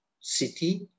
city